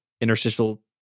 interstitial